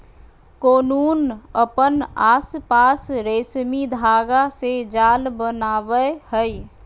cocoon अपन आसपास रेशमी धागा से जाल बनावय हइ